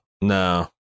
no